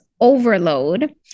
overload